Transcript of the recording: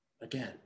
again